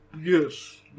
Yes